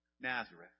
Nazareth